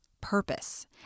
purpose